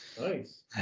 Nice